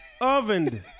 ovened